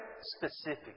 specific